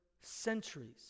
centuries